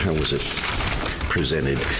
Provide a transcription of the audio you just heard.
and was it presented?